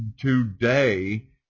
today